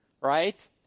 right